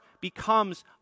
becomes